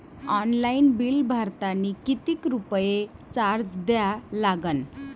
Online bill भरतानी कितीक रुपये चार्ज द्या लागन?